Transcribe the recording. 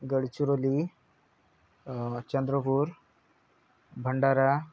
Gadchiroli Chandrapur Bhandara